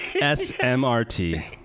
S-M-R-T